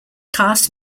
cast